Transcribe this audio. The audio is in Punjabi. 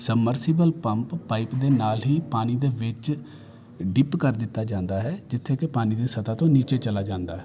ਸਮਰਸੀਬਲ ਪੰਪ ਪਾਈਪ ਦੇ ਨਾਲ ਹੀ ਪਾਣੀ ਦੇ ਵਿੱਚ ਡਿਪ ਕਰ ਦਿੱਤਾ ਜਾਂਦਾ ਹੈ ਜਿੱਥੇ ਕਿ ਪਾਣੀ ਦੀ ਸਤਾ ਤੋਂ ਨੀਚੇ ਚਲਾ ਜਾਂਦਾ ਹੈ